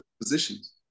positions